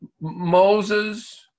Moses